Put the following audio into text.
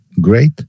great